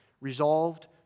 resolved